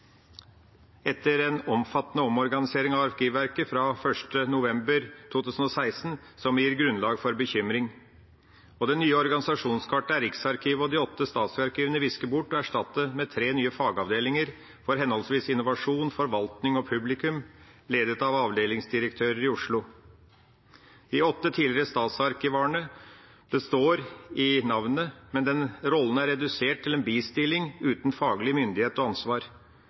etter en omfattende omorganisering av Arkivverket fra 1. november 2016 som gir grunnlag for bekymring. På det nye organisasjonskartet er Riksarkivet og de åtte statsarkivene visket bort og erstattet med tre nye fagavdelinger for henholdsvis innovasjon, forvaltning og publikum, ledet av avdelingsdirektører i Oslo. De åtte tidligere statsarkivarene består i navnet, men rollen er redusert til en bistilling uten faglig myndighet og ansvar,